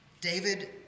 David